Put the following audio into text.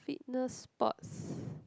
fitness sports